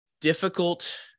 difficult